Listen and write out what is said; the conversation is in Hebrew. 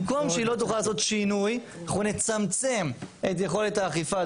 במקום שהיא לא תוכל לעשות שינוי אנחנו נצמצם את יכולת האכיפה,